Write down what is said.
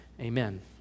Amen